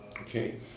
Okay